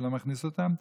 שלא מכניס אותם,